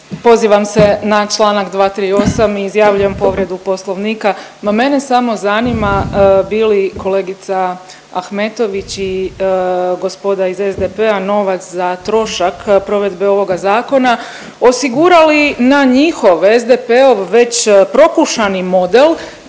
Pozivam se na čl. 238. i izjavljujem povredu Poslovnika. Ma mene samo zanima bi li kolegica Ahmetović i gospoda iz SDP-a novac za trošak provedbe ovoga zakona osigurali na njihove, SDP-ov već prokušani model